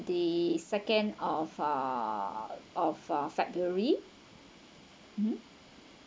the second of uh of uh february mmhmm